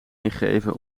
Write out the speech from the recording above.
ingeven